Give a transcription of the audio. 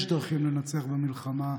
יש דרכים לנצח במלחמה,